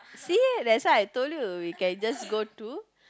see that's why I told you you can just go to